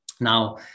Now